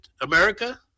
America